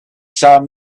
saw